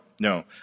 no